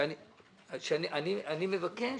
אני מבקש